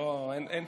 אין